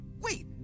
Wait